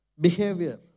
behavior